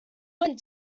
went